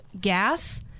gas